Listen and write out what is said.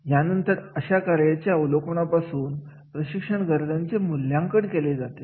यानंतरअशा कार्याच्या अवलोकन यापासून प्रशिक्षणाच्या गरजांचे मूल्यांकन केले जाते